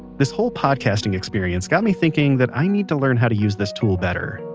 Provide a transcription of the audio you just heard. this whole podcasting experience got me thinking that i need to learn how to use this tool better.